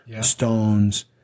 Stones